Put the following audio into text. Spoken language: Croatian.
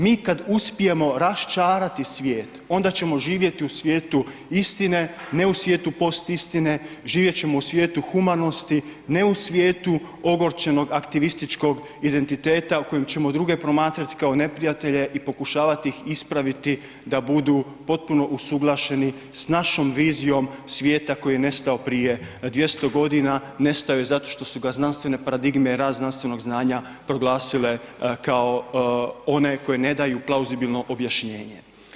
Mi kad uspijemo rasčarati svijet, onda ćemo živjeti u svijetu istine, ne u svijetu postistine, živjet ćemo u svijetu humanosti, ne u svijetu ogorčenog aktivističkog identiteta u kojem ćemo druge promatrat kao neprijatelje i pokušavat ih ispraviti da budu potpuno usuglašeni s našom vizijom svijeta koji je nestao prije 200.g., nestao je zato što su ga znanstvene paradigme, rad znanstvenog znanja, proglasile kao one koji ne daju plauzibilno objašnjenje.